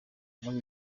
muri